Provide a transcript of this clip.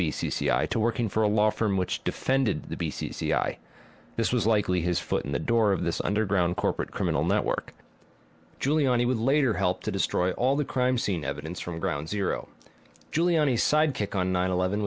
c i to working for a law firm which defended the b c c i this was likely his foot in the door of this underground corporate criminal network giuliani would later help to destroy all the crime scene evidence from ground zero giuliani sidekick on nine eleven